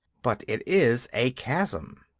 but it is a chasm.